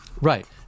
right